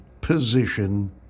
position